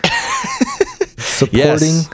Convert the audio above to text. Supporting